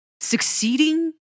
succeeding